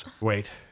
Wait